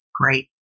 Great